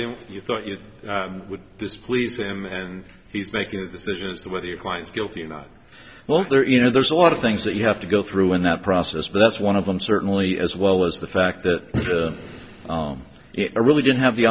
didn't you thought you would this please him and he's making a decision as to whether your client's guilty or not well they're in and there's a lot of things that you have to go through in that process but that's one of them certainly as well as the fact that it really didn't have the